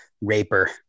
Raper